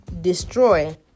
destroy